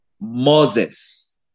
Moses